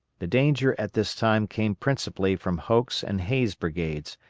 the danger at this time came principally from hoke's and hays' brigades,